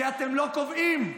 כי אתם לא קובעים.